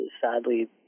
sadly